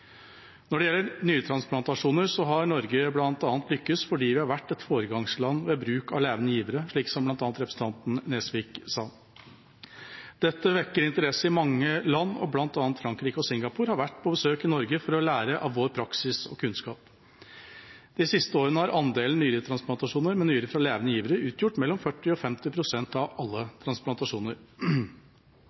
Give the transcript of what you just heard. Når det gjelder nyretransplantasjoner, har Norge bl.a. lyktes fordi vi har vært et foregangsland ved bruk av levende givere, slik som bl.a. representanten Nesvik sa. Dette vekker interesse i mange land, bl.a. har representanter fra Frankrike og Singapore vært på besøk i Norge for å lære av vår praksis og kunnskap. De siste årene har andelen nyretransplantasjoner med nyre fra levende giver utgjort mellom 40 og 50 pst. av alle transplantasjoner.